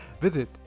visit